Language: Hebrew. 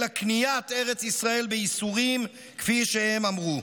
אלא קניית ארץ ישראל בייסורים, כפי שהם אמרו.